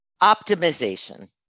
optimization